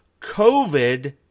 COVID